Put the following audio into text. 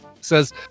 says